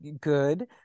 good